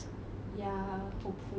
ya hopefully